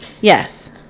yes